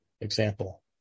example